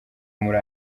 muri